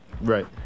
Right